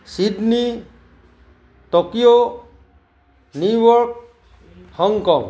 Sydney Tokyo New York Hong Kong